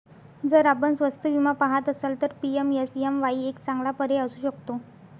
जर आपण स्वस्त विमा पहात असाल तर पी.एम.एस.एम.वाई एक चांगला पर्याय असू शकतो